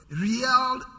real